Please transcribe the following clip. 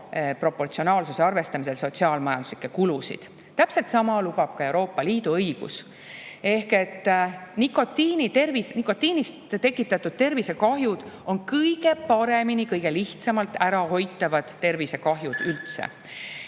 proportsionaalsuse arvestamisel võtta arvesse ka sotsiaal-majanduslikke kulusid. Täpselt sama lubab teha Euroopa Liidu õigus. Nikotiini tekitatud tervisekahjud on kõige paremini, kõige lihtsamini ärahoitavad tervisekahjud üldse.